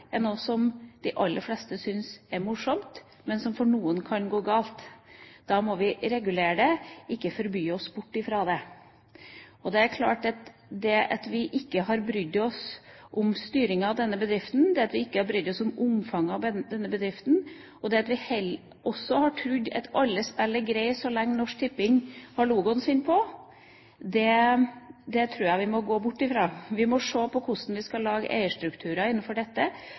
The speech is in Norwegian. er noe som de aller fleste synes er morsomt, men for noen kan det gå galt. Da må vi regulere det, ikke forby oss bort fra det. Det er klart at det at vi ikke har brydd oss om styringen av denne bedriften, det at vi ikke har brydd oss om omfanget av denne bedriften, og det at vi også har trodd at alle spill er greie så lenge Norsk Tipping har logoen sin på, tror jeg vi må gå bort fra. Vi må se på hvordan vi skal lage eierstrukturer